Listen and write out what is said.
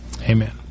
amen